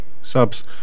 subs